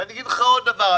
ואני אגיד לך עוד דבר,